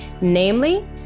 namely